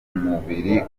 mubiri